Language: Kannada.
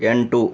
ಎಂಟು